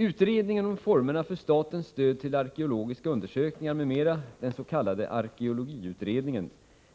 Utredningen om formerna för statens stöd till arkeologiska undersökningar m.m., den s.k. arkeologiutredningen,